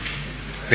Hvala